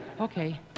Okay